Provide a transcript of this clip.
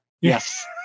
Yes